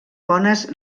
bones